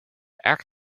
act